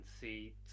see